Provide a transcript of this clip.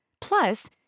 Plus